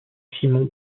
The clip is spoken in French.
simon